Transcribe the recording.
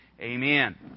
Amen